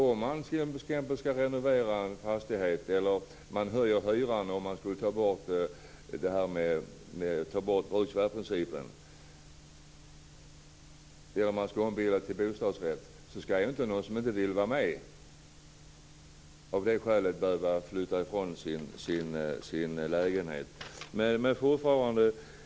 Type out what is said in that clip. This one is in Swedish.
Om man t.ex. skall renovera en fastighet eller höjer hyran vid ombildning till bostadsrätter, om man tar bort bruksvärdesprincipen, skall inte någon som inte vill vara med behöva flytta ifrån sin lägenhet av det skälet.